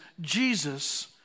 Jesus